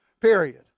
period